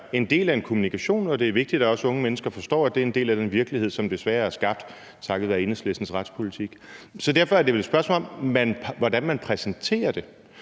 være en del af en kommunikation, og det er vigtigt, at også unge mennesker forstår, at det er en del af den virkelighed, som desværre er skabt takket være Enhedslistens retspolitik. Så derfor er det et spørgsmål om, hvordan man præsenterer det.